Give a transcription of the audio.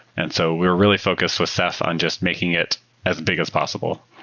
and so we're really focused with ceph on just making it as big as possible.